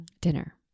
dinner